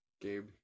Gabe